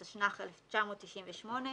התשנ"ח-1998,